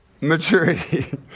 maturity